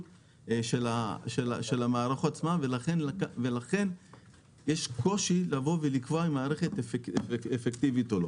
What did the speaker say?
של המערכת עצמה ולכן יש קושי לקבוע אם המערכת אפקטיבית או לא.